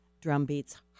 Drumbeats